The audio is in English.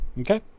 Okay